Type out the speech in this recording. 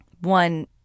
One